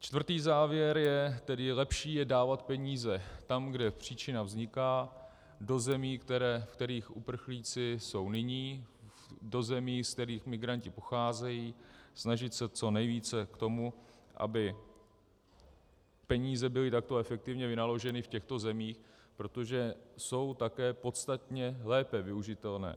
Čtvrtý závěr, který je lepší, je dávat peníze tam, kde příčina vzniká, do zemí, ve kterých uprchlíci jsou nyní, do zemí, ze kterých migranti pocházejí, snažit se co nejvíce k tomu, aby peníze byly takto efektivně vynaloženy v těchto zemích, protože jsou také podstatně lépe využitelné.